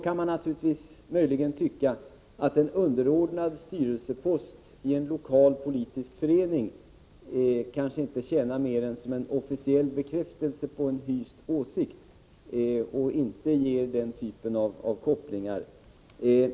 Man kan naturligtvis tycka att en underordnad styrelsepost i en lokal politisk förening kanske inte mer än tjänar som en officiell bekräftelse på en hyst åsikt och inte ger den typen av kopplingar.